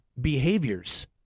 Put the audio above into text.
behaviors